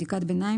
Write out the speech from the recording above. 85.בדיקת ביניים